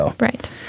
Right